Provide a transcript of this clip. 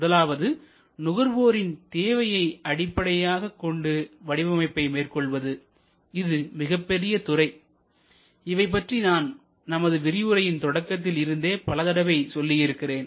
முதலாவது நுகர்வோரின் தேவையை அடிப்படையாகக் கொண்டு வடிவமைப்பை மேற்கொள்வது இது மிகப்பெரிய துறை இவை பற்றி நான் நமது விரிவுரையின் தொடக்கத்தில் இருந்தே பல தடவை சொல்லி இருக்கிறேன்